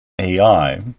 AI